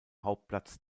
hauptplatz